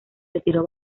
retiró